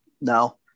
No